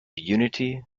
unity